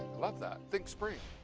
love that. think spring.